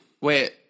Wait